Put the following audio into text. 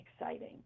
exciting